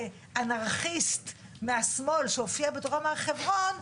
אנרכיסט מהשמאל שהופיע בדרום הר חברון,